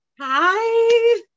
Hi